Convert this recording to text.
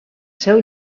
seu